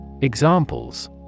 Examples